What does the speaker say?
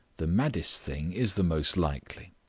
the maddest thing is the most likely.